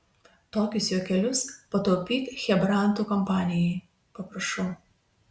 tokius juokelius pataupyk chebrantų kompanijai paprašau